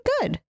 good